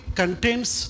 contains